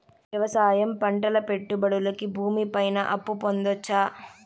వ్యవసాయం పంటల పెట్టుబడులు కి భూమి పైన అప్పు పొందొచ్చా?